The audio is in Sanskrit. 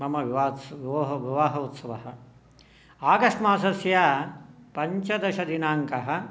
मम विवाहस् विवाह उत्सवः आगष्ट् मासस्य पञ्चदशदिनाङ्कः